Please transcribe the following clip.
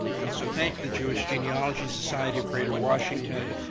i also thank the jewish genealogy society of greater washington,